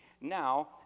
Now